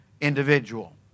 individual